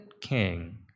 king